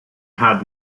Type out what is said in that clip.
had